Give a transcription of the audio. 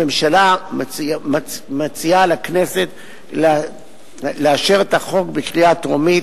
הממשלה מציעה לכנסת לאשר את החוק בקריאה הטרומית